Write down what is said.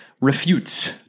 refutes